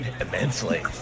Immensely